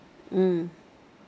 mm